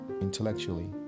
intellectually